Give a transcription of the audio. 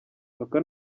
aka